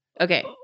Okay